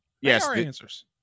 Yes